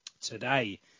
Today